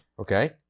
Okay